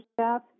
staff